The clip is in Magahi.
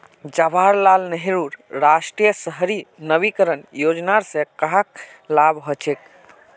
जवाहर लाल नेहरूर राष्ट्रीय शहरी नवीकरण योजनार स कहाक लाभ हछेक